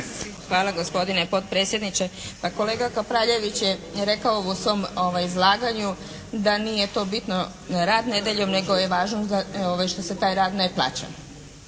Hvala gospodine potpredsjedniče. Pa kolega Kapraljević je rekao u drugom izlaganju da nije to bitno rad nedjeljom nego je važno to što se taj rad ne plaća.